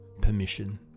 permission